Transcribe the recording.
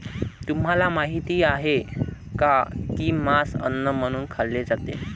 तुम्हाला माहित आहे का की मांस अन्न म्हणून खाल्ले जाते?